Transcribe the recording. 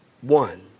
one